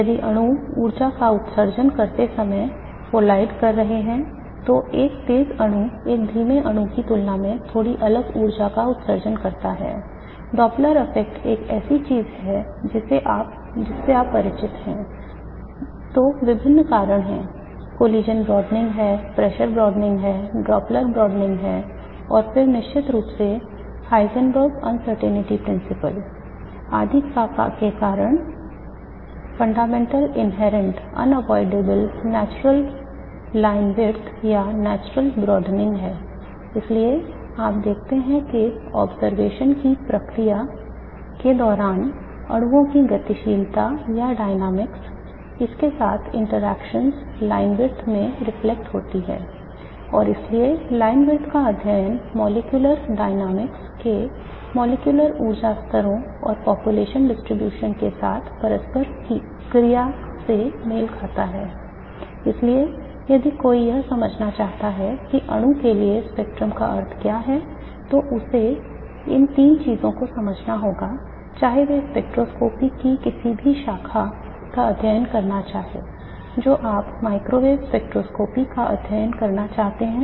यदि अणु ऊर्जा का उत्सर्जन करते समय टकरा हैं